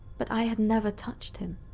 but, i had never touched him.